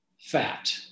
fat